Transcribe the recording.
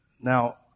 Now